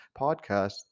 podcast